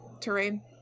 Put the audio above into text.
terrain